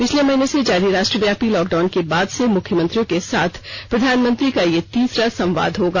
पिछले महीने से जारी राष्ट्रव्यापी लॉकडाउन के बाद से मुख्यमंत्रियों के साथ प्रधानमंत्री का यह तीसरा संवाद होगा